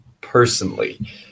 personally